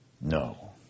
No